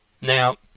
Now